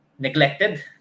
Neglected